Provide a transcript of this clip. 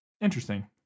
interesting